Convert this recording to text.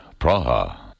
Praha